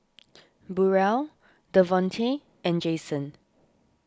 Burrel Devontae and Jason